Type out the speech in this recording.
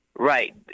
Right